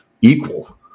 equal